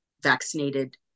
vaccinated